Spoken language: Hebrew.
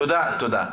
תודה, תודה.